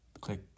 click